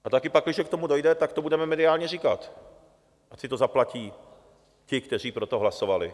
A taky pakliže k tomu dojde, tak to budeme mediálně říkat, ať si to zaplatí ti, kteří pro to hlasovali.